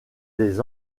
les